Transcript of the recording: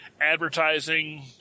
advertising